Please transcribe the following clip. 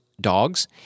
dogs